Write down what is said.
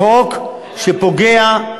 תודה רבה.